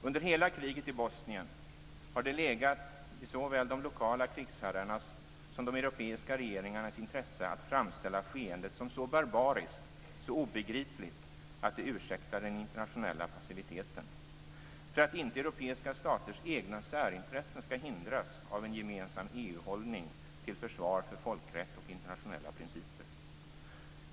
Under hela kriget i Bosnien har det legat i såväl de lokala krigsherrarnas som de europeiska regeringarnas intresse att framställa skeendet som så barbariskt och så obegripligt att det ursäktar den internationella passiviteten - för att inte europeiska staters egna särintressen skall hindras av en gemensam EU hållning till försvar för folkrätt och internationella principer.